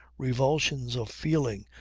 revulsions of feeling,